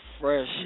fresh